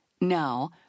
Now